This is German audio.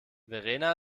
verena